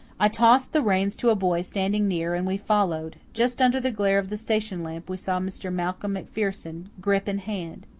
i tossed the reins to a boy standing near and we followed. just under the glare of the station lamp we saw mr. malcolm macpherson, grip in hand.